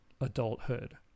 adulthood